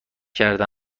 کرده